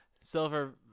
Silver